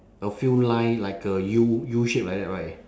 a few line like a U U shape like that right